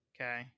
okay